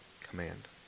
command